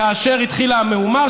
כאשר התחילה המהומה,